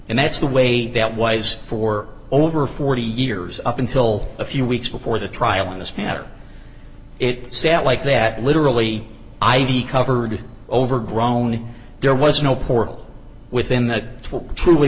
and that's the way that wise for for over forty years up until a few weeks before the trial in this matter it sat like that literally i e covered overgrown there was no portal within that truly